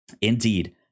indeed